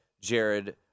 Jared